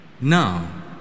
Now